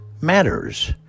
matters